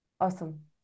Awesome